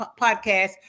Podcast